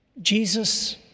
Jesus